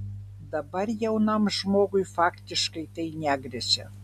dabar jaunam žmogui faktiškai tai negresia